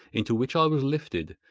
into which i was lifted,